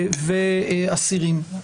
ואסירים.